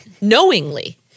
knowingly